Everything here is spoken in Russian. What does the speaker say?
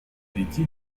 пяти